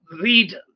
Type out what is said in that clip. read